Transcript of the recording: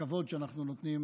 הכבוד שאנחנו נותנים